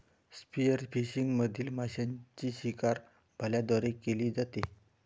spearfishing मधील माशांची शिकार भाल्यांद्वारे केली जाते